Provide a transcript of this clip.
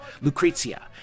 Lucrezia